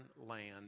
land